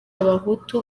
abahutu